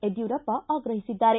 ಯಡ್ಕೂರಪ್ಪ ಆಗ್ರಹಿಸಿದ್ದಾರೆ